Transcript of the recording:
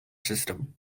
system